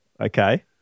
Okay